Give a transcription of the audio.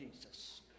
Jesus